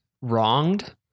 wronged